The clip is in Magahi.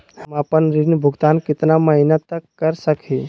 हम आपन ऋण भुगतान कितना महीना तक कर सक ही?